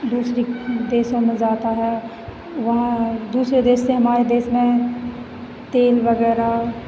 दूसरी देशों में जाता है वहाँ दूसरे देश से हमारे देश में तेल वगैरह